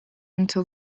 until